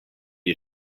you